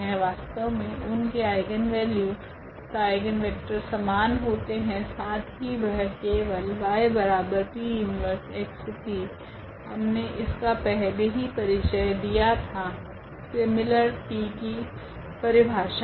वास्तव मे उनके आइगनवेल्यू तथा आइगनवेक्टर समान होते है साथ ही वह केवल yP 1xP हमने इसका पहले ही परिचय दिया था सीमिलर t की परिभाषा मे